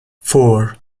four